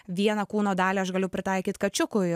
vieną kūno dalį aš galiu pritaikyt kačiukui